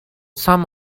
some